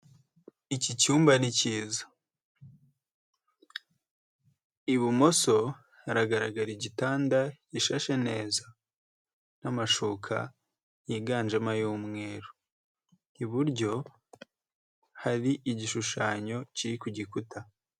Iki cyumba ni kiza. Ibumoso haragaragara igitanda gishashe neza n'amashuka yiganjemo ay'umweru. Iburyo hari igishushanyo kiri ku gikuta.